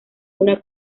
una